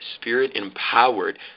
spirit-empowered